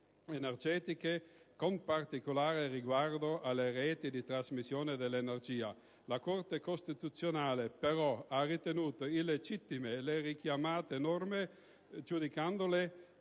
energetiche, con particolare riguardo alle reti di trasmissione dell'energia. La Corte costituzionale, però, ha ritenuto illegittime le richiamate norme, giudicandole